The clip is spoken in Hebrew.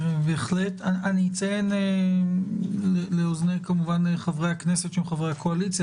אציין כמובן לאוזני חברי הכנסת שהם חברי הקואליציה,